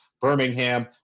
Birmingham